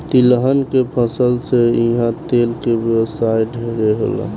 तिलहन के फसल से इहा तेल के व्यवसाय ढेरे होला